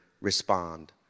respond